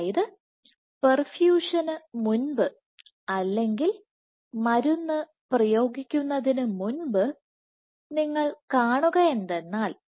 അതായത് പെർഫ്യൂഷന് മുമ്പ് അല്ലെങ്കിൽ മരുന്ന് പ്രയോഗിക്കുന്നതിനു മുൻപ് നിങ്ങൾ കാണുക എന്തെന്നാൽ